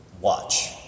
watch